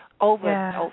over